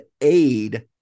aid